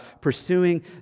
pursuing